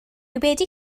wedi